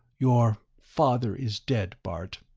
your father is dead, bart.